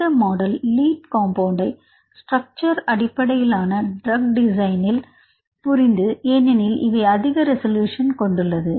இந்த model lead காம்பவுண்டை structure அடிப்படை டிரக் புரிந்து ஏனெனில் இவை அதிக ரெசல்யூசன் கொண்டுள்ளது